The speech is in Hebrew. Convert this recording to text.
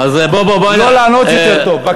לא לענות, יותר טוב.